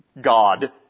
God